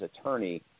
attorney